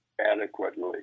adequately